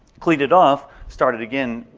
cleaned it off, started again,